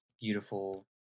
beautiful